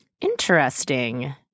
Interesting